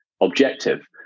objective